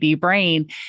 brain